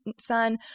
son